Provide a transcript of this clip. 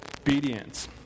obedience